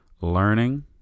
learning